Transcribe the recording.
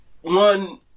one